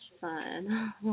fun